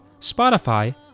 Spotify